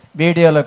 video